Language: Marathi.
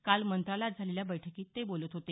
काल मंत्रालयात झालेल्या बैठकीत ते बोलत होते